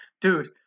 dude